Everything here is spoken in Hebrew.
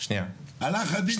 אתה לא דיברת?